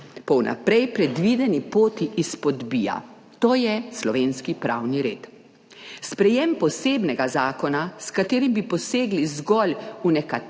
po vnaprej predvideni poti izpodbija. To je slovenski pravni red. Sprejetje posebnega zakona, s katerim bi posegli zgolj v nekatere